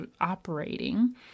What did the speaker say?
operating